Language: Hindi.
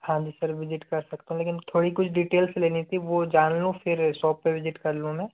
हाँ जी सर विज़िट कर सकता हूँ लेकिन थोड़ी कोई डिटेल्स लेनी थी वो जान लूँ फिर सोप पर विज़िट कर लूँगा